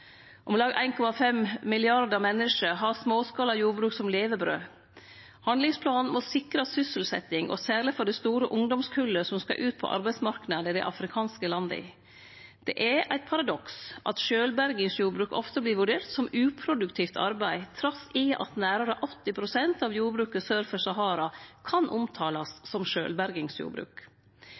Om lag 1,5 milliardar menneske har småskala jordbruk som levebrød. Handlingsplanen må sikre sysselsetjing, særleg for det store ungdomskullet som skal ut på arbeidsmarknaden i dei afrikanske landa. Det er eit paradoks at sjølvbergingsjordbruk ofte vert vurdert som uproduktivt arbeid, trass i at nærare 80 pst. av jordbruket sør for Sahara kan omtalast som sjølvbergingsjordbruk.